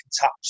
touch